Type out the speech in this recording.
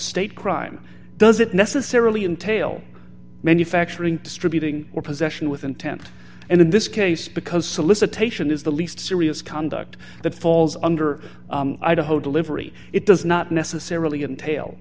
state crime does it necessarily entail manufacturing distributing or possession with intent and in this case because solicitation is the least serious conduct that falls under idaho delivery it does not necessarily